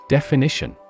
Definition